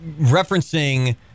referencing